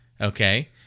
Okay